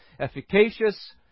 efficacious